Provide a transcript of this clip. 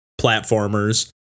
platformers